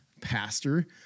pastor